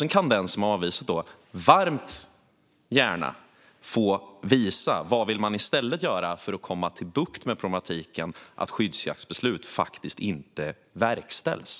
Sedan kan den som har avvisat det här mycket gärna få visa vad man i stället vill göra för att få bukt med problematiken med att skyddsjaktsbeslut inte verkställs.